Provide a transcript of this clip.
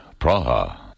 Praha